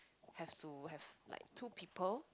have to have like two people